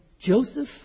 Joseph